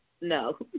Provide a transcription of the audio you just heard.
No